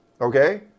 Okay